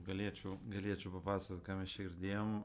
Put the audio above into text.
galėčiau galėčiau papasakot ką mes čia girdėjom